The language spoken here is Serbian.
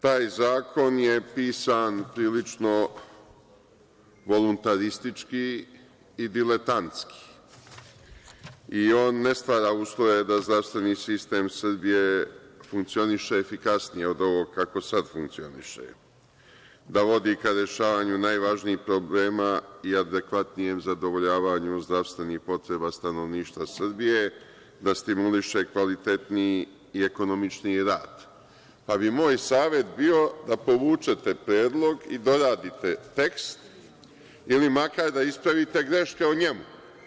Taj zakon je pisan prilično voluntaristički i diletantski i on ne stvara uslove da zdravstveni sistem Srbije funkcioniše efikasnije od ovoga kako sad funkcioniše, da vodi ka rešavanju najvažnijih problema i adekvatnom zadovoljavanju zdravstvenih potreba stanovništva Srbije, da stimuliše kvalitetniji i ekonomičniji rad, pa bi moj savet bio da povučete predlog i doradite tekst ili makar da ispravite greške u njemu.